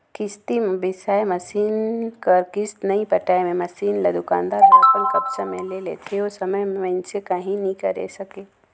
किस्ती म बिसाए मसीन कर किस्त नइ पटाए मे मसीन ल दुकानदार हर अपन कब्जा मे ले लेथे ओ समे में मइनसे काहीं नी करे सकें